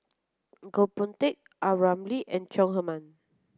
Goh Boon Teck A Ramli and Chong Heman